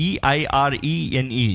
E-I-R-E-N-E